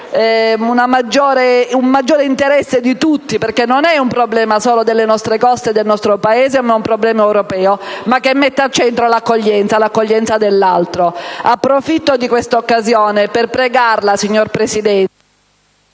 un maggiore interesse di tutti, perché non è un problema solo delle nostre coste e del nostro Paese, ma è un problema europeo, affinché si metta al centro l'accoglienza dell'altro. Approfitto di questa occasione per pregarla, signor Presidente,